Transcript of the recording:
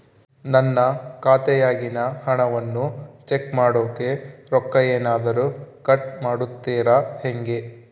ನನ್ನ ಖಾತೆಯಾಗಿನ ಹಣವನ್ನು ಚೆಕ್ ಮಾಡೋಕೆ ರೊಕ್ಕ ಏನಾದರೂ ಕಟ್ ಮಾಡುತ್ತೇರಾ ಹೆಂಗೆ?